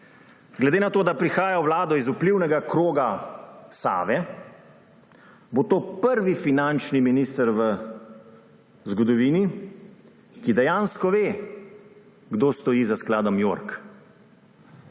Glede na to, da prihaja v Vlado iz vplivnega kroga Save, bo to prvi finančni minister v zgodovini, ki dejansko ve, kdo stoji za skladom York.